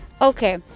Okay